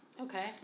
Okay